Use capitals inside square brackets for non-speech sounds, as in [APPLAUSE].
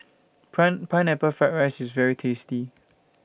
[UNINTELLIGIBLE] Pineapple Fried Rice IS very tasty